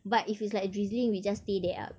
but if it's like drizzling we just stay there ah